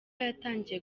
yatangiye